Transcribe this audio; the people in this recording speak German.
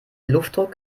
luftdruck